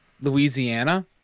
Louisiana